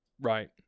Right